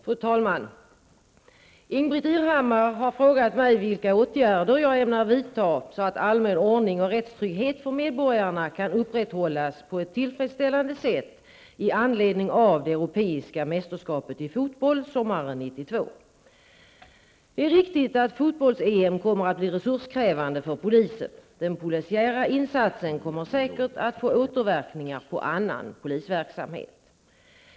Fru talman! Ingbritt Irhammar har frågat mig vilka åtgärder jag ämnar vidta så att allmän ordning och rättstrygghet för medborgarna kan upprätthållas på ett tillfredsställande sätt i anledning av det europeiska mästerskapet i fotboll, sommaren 1992. Det är riktigt att fotbolls-EM kommer att bli resurskrävande för polisen. Den polisiära insatsen kommer säkert att få återverkningar på annan polisverksamhet.